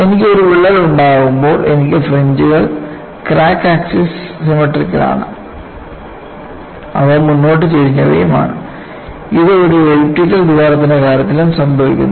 എനിക്ക് ഒരു വിള്ളൽ ഉണ്ടാകുമ്പോൾ എനിക്ക് ഫ്രിഞ്ച്കൾ ക്രാക്ക് ആക്സിസ്ന് സിമട്രിക്കൽ ആണ് അവ മുന്നോട്ട് ചരിഞ്ഞവയുമാണ് ഇത് ഒരു എലിപ്റ്റിക്കൽ ദ്വാരത്തിന്റെ കാര്യത്തിലും സംഭവിക്കുന്നു